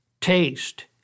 taste